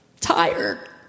tired